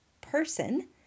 person